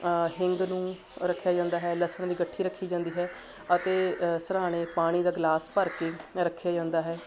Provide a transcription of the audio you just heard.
ਨ ਹਿੰਗ ਨੂੰ ਰੱਖਿਆ ਜਾਂਦਾ ਹੈ ਲਸਣ ਦੀ ਗੱਠੀ ਰੱਖੀ ਜਾਂਦੀ ਹੈ ਅਤੇ ਸਰਾਣੇ ਪਾਣੀ ਦਾ ਗਲਾਸ ਭਰ ਕੇ ਰੱਖਿਆ ਜਾਂਦਾ ਹੈ